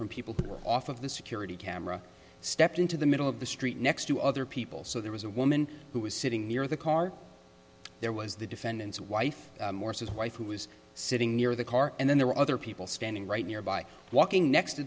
from people who were off of the security camera stepped into the middle of the street next to other people so there was a woman who was sitting near the car there was the defendant's wife morse's wife who was sitting near the car and then there were other people standing right near by walking next to